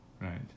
Right